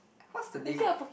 what's the name